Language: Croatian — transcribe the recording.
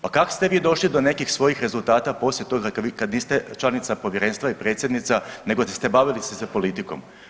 Pa kako ste vi došli do nekih svojih rezultata poslije toga kada niste članica Povjerenstva i predsjednica nego ste se baviti politikom?